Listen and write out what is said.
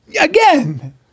Again